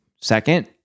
Second